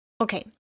okay